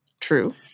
True